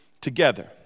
together